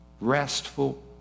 restful